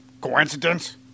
Coincidence